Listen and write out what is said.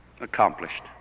accomplished